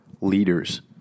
leaders